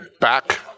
back